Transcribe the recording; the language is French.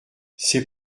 c’est